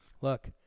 Look